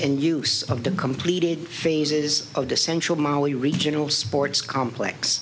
and use of the completed phases of the central mali regional sports complex